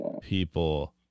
people